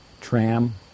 tram